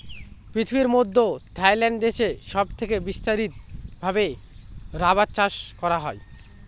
পৃথিবীর মধ্যে থাইল্যান্ড দেশে সব থেকে বিস্তারিত ভাবে রাবার চাষ করা হয়